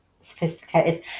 sophisticated